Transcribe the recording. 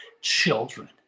children